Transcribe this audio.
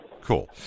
Cool